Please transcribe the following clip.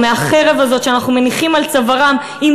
מהחרב הזאת שאנחנו מניחים על צווארם: אם